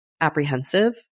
apprehensive